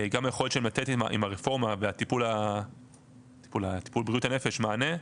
גם היכולת שלהם לתת עם הרפורמה והטיפול בבריאות הנפש מענה,